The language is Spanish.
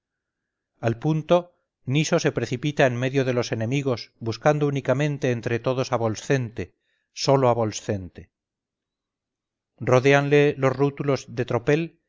al punto niso se precipita en medio de los enemigos buscando únicamente entre todos a volscente sólo a volscente rodéanle los rútulos de tropel